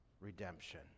redemption